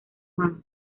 juan